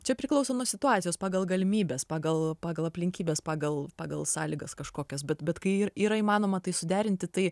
čia priklauso nuo situacijos pagal galimybes pagal pagal aplinkybes pagal pagal sąlygas kažkokias bet bet kai ir yra įmanoma tai suderinti tai